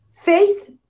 faith